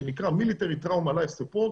שנקרא military trauma life support,